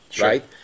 right